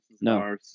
No